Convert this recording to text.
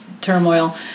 turmoil